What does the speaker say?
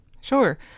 Sure